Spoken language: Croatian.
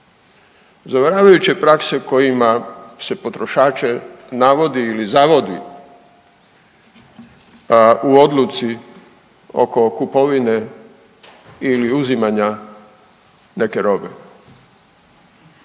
Zavaravajuće prakse kojima se potrošače navodi ili zavodi u odluci oko kupovine ili uzimanja neke robe.